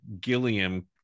gilliam